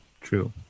True